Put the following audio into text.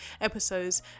episodes